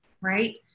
right